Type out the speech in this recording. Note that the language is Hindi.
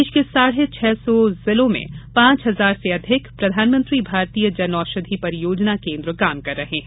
देश के साढ़े छह सौ जिलों में पांच हजार से अधिक प्रधानमंत्री भारतीय जनऔषधि परियोजना केन्द्र काम कर रहे हैं